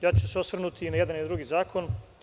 Ja ću se osvrnuti i na jedan i na drugi zakon.